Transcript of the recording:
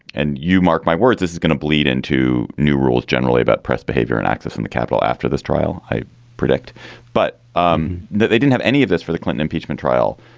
and you mark my words, this is going to bleed into new rules generally about press behavior and access in the capital after this trial, i predict but um they don't have any of this for the clinton impeachment trial.